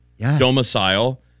domicile